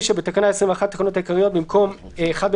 9. בתקנה 21 לתקנות העיקריות במקום "י"ד בחשוון